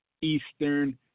Eastern